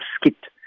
skipped